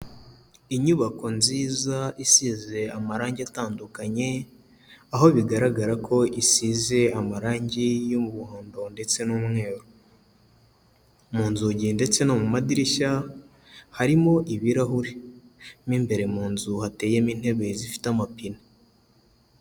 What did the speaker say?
Inyubako nziza isize amarange atandukanye aho bigaragara ko isize amarange y'umuhondo ndetse n'umweru, mu nzugi ndetse no mu madirishya harimo ibirahure, mu imbere mu nzu hateyemo intebe zifite amapine.